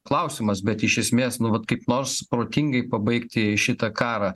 klausimas bet iš esmės nu vat kaip nors protingai pabaigti šitą karą